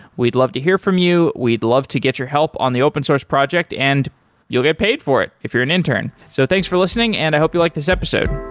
we'd love to hear from you. we'd love to get your help on the open source project and you'll get paid for it if you're an intern so thanks for listening and i hope you like this episode